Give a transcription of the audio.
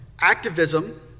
Activism